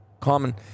common